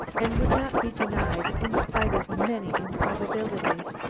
and would not be denied in spite of many improbabilities,